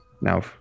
now